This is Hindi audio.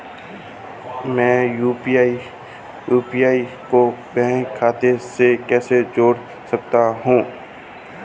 मैं यू.पी.आई को बैंक खाते से कैसे जोड़ सकता हूँ?